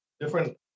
different